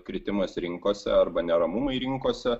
kritimas rinkose arba neramumai rinkose